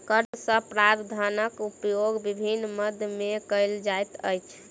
कर सॅ प्राप्त धनक उपयोग विभिन्न मद मे कयल जाइत अछि